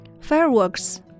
Fireworks